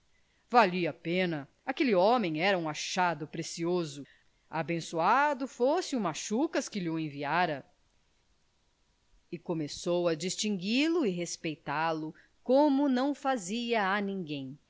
valia a pena aquele homem era um achado precioso abençoado fosse o machucas que lho enviara e começou a distingui lo e respeitá lo como não fazia a ninguém